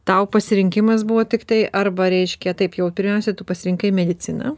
tau pasirinkimas buvo tiktai arba reiškia taip jau pirmiausia tu pasirinkai mediciną